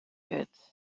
goods